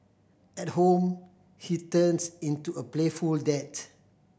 at home he turns into a playful dad